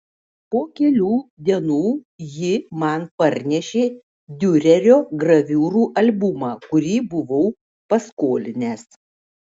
po kelių dienų ji man parnešė diurerio graviūrų albumą kurį buvau paskolinęs